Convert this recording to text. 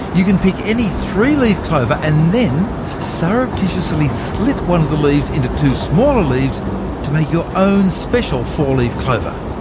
you can pick any three-leaf clover, and than surreptitiously slit one of the leaves into two smaller leaves to make your own special four-leaf clover.